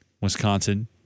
Wisconsin